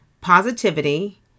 positivity